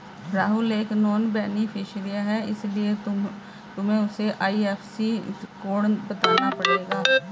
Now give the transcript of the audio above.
राहुल एक non beneficiary है इसीलिए तुम्हें उसे आई.एफ.एस.सी कोड बताना पड़ेगा